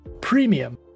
premium